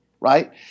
right